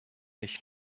ich